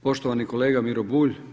Poštovani kolega Miro Bulj.